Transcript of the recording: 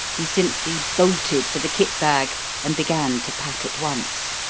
he simply bolted for the kit-bag and began to pack at once.